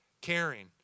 caring